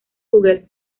google